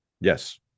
Yes